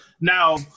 now